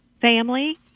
family